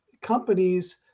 companies